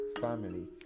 family